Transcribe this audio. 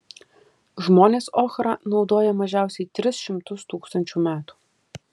žmonės ochrą naudoja mažiausiai tris šimtus tūkstančių metų